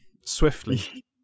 swiftly